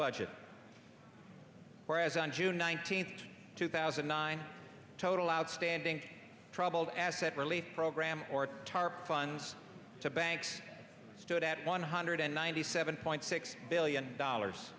budget whereas on june nineteenth two thousand and nine total outstanding troubled asset relief program or tarp funds to banks stood at one hundred ninety seven point six billion dollars